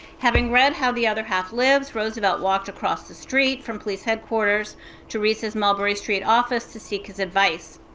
having read how the other half lived, roosevelt walked across the street from police headquarters to riis's mulberry street office to seek his advice.